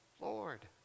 Lord